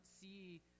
see